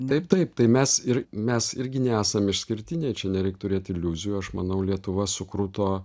taip taip tai mes ir mes irgi nesam išskirtiniai čia nereik turėt iliuzijų aš manau lietuva sukruto